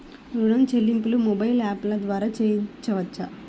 ఋణం చెల్లింపు మొబైల్ యాప్ల ద్వార చేయవచ్చా?